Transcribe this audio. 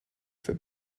for